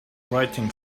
writing